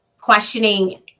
questioning